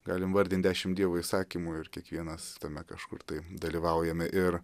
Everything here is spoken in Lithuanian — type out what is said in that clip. galim vardint dešimt dievo įsakymų ir kiekvienas tame kažkur tai dalyvaujame ir